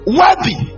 worthy